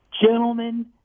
Gentlemen